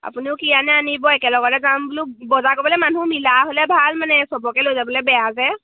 আপুনিও কি আনে আনিব একেলগতে যাম বো বজাৰ ক'বলে মানুহ মিলা হ'লে ভাল মানে চবকে লৈ যাবলে বেয়া যোয়